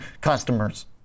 customers